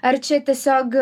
ar čia tiesiog